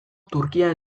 turkia